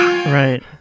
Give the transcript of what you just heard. Right